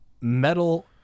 metal